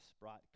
brought